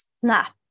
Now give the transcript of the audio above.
snap